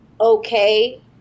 okay